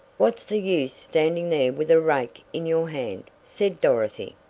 what's the use standing there with a rake in your hand, said dorothy.